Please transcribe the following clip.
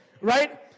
right